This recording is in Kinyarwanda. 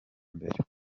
mbere